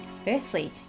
Firstly